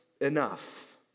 enough